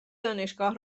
دانشگاه